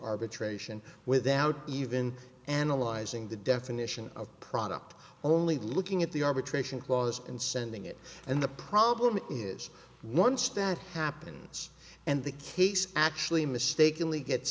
arbitration without even analyzing the definition of product only looking at the arbitration clause and sending it and the problem is one stat happens and the case actually mistakenly gets